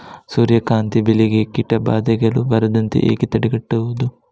ಸೂರ್ಯಕಾಂತಿ ಬೆಳೆಗೆ ಕೀಟಬಾಧೆಗಳು ಬಾರದಂತೆ ಹೇಗೆ ತಡೆಗಟ್ಟುವುದು?